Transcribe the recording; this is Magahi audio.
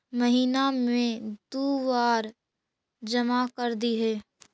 महिना मे दु बार जमा करदेहिय?